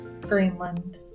Greenland